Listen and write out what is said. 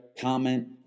comment